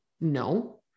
No